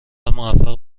موفق